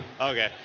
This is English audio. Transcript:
Okay